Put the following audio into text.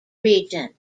region